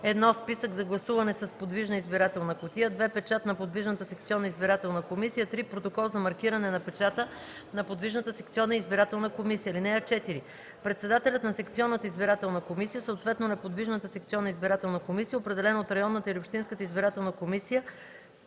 1. списък за гласуване с подвижна избирателна кутия; 2. печат на подвижната секционна избирателна комисия; 3.протокол за маркиране на печата на подвижната секционна избирателна комисия. (4) Председателят на секционната избирателна комисия, съответно на подвижната секционна избирателна комисия, определен от районната или общинската избирателна комисия